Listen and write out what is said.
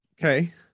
Okay